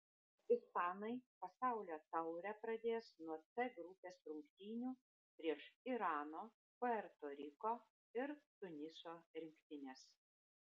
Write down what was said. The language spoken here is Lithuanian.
ispanai pasaulio taurę pradės nuo c grupės rungtynių prieš irano puerto riko ir tuniso rinktines